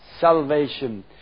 Salvation